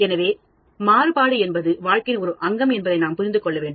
எனவே மாறுபாடு என்பது வாழ்க்கையின் ஒரு அங்கம் என்பதை நாம் புரிந்துகொள்ள வேண்டும்